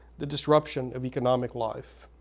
the disruption of economic life,